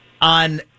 on –